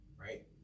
right